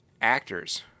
actors